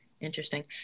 interesting